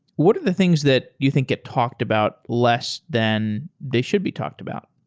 what are the things that you think get talked about less than they should be talked about?